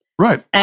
Right